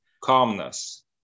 calmness